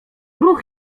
ruch